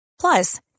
Plus